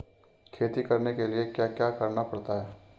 खेती करने के लिए क्या क्या करना पड़ता है?